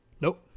Nope